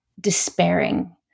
despairing